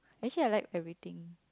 actually I like everything